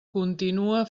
continua